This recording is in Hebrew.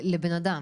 לבן-אדם.